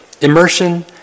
immersion